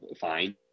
fine